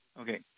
Okay